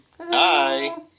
Hi